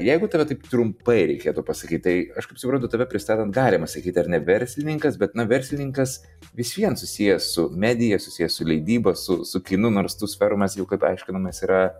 jeigu tave taip trumpai reikėtų pasakyti tai aš kaip suprantu tave pristatant galima sakyti ar ne verslininkas bet na verslininkas vis vien susijęs su medija susijęs su leidyba su su kinu nors tų sferų mes kaip aiškinomės yra